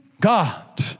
God